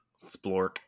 Splork